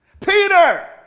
Peter